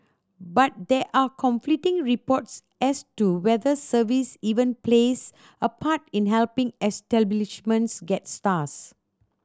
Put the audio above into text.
but there are conflicting reports as to whether service even plays a part in helping establishments get stars